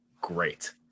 great